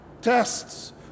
Tests